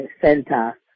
center